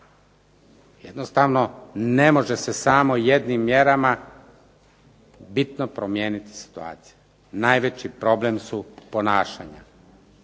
Jednostavno ne može se samo jednim mjerama bitno promijeniti situacija. Najveći problem su ponašanja